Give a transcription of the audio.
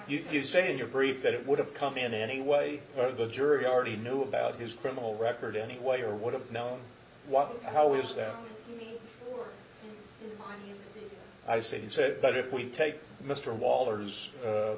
you say in your brief that it would have come in anyway or the jury already knew about his criminal record anyway or would have known what how was that i said he said but if we take mr